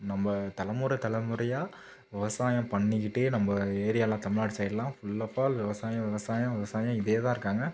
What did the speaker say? நம்ப தலைமுறை தலைமுறையா விவசாயம் பண்ணிக்கிட்டே நம்ம ஏரியாவில தமிழ்நாடு சைட்லாம் ஃபுல் ஆஃப் ஆல் விவசாயம் விவசாயம் விவசாயம் இதே தான் இருக்காங்க